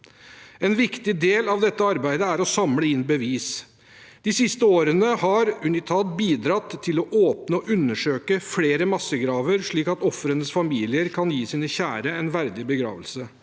En viktig del av dette arbeidet er å samle inn bevis. De siste årene har UNITAD bidratt til å åpne og undersøke flere massegraver, slik at ofrenes familier kan gi sine kjære en verdig begravelse.